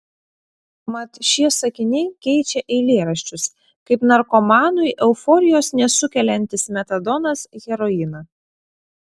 mat šie sakiniai keičia eilėraščius kaip narkomanui euforijos nesukeliantis metadonas heroiną